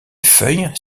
feuilles